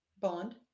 bond